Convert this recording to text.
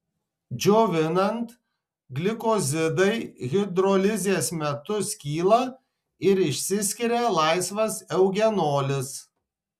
džiovinant glikozidai hidrolizės metu skyla ir išsiskiria laisvas eugenolis